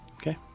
Okay